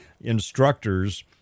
instructors